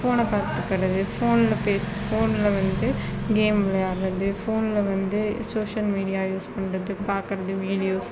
ஃபோனை பார்த்துக்கறது ஃபோனில் பேசி ஃபோனில் வந்து கேம் விளையாடறது ஃபோனில் வந்து சோஷியல் மீடியா யூஸ் பண்ணுறது பார்க்கறது வீடியோஸ்